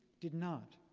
did not.